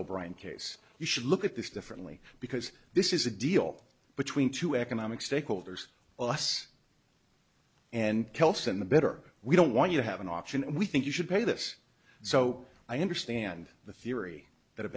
o'brien case you should look at this differently because this is a deal between two economic stakeholders us and kelson the better we don't want you have an option we think you should pay this so i understand the theory that